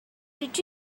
did